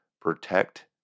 protect